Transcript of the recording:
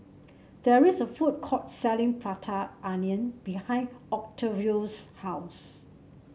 there is a food court selling Prata Onion behind Octavio's house